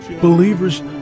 believers